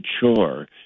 chore